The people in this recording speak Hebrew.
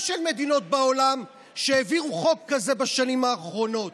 של מדינות בעולם שהעבירו חוק כזה בשנים האחרונות.